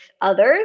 others